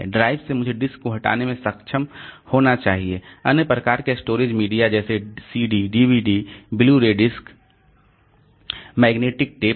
drive से मुझे disk को हटाने में सक्षम होना चाहिए अन्य प्रकार के स्टोरेज मीडिया जैसे CD DVD blu ray disk magnetic tape